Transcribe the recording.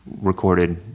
recorded